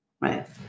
right